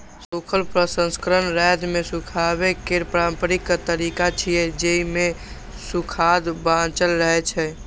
सूखल प्रसंस्करण रौद मे सुखाबै केर पारंपरिक तरीका छियै, जेइ मे सुआद बांचल रहै छै